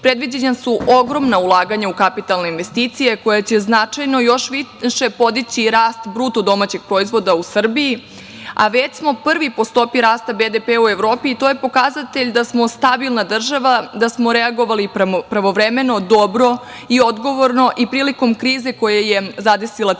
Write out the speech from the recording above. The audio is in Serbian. predviđena su ogromna ulaganja u kapitalne investicije, koja će značajno još više podići rast BDP u Srbiji, a već smo prvi po stopi rasta BDP-a u Evropi i to je pokazatelj da smo stabilna država, da smo reagovali pravovremeno, dobro i odgovorno i prilikom krize koja je zadesila ceo